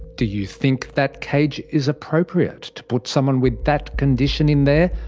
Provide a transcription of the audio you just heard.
do you think that cage is appropriate to put someone with that condition in there,